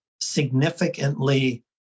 significantly